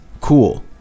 Cool